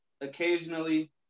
occasionally